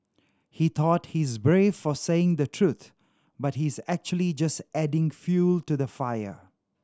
he thought he's brave for saying the truth but he's actually just adding fuel to the fire